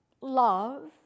love